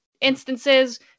instances